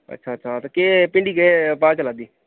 अच्छा अच्छा ते केह् भिंडी केह् भाऽ चलै दी